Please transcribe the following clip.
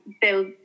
build